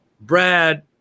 Brad